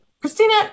Christina